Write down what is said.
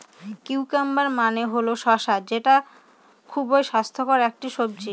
cucumber মানে হল শসা যেটা খুবই স্বাস্থ্যকর একটি সবজি